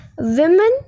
Women